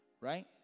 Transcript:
right